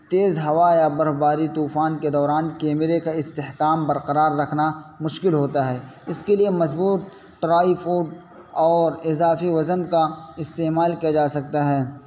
تیز ہوا یا برف باری طوفان کے دوران کیمرے کا استحکام برقرار رکھنا مشکل ہوتا ہے اس کے لیے مضبوط ٹرائیفوڈ اور اضافی وزن کا استعمال کیا جا سکتا ہے